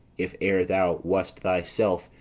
if e'er thou wast thyself,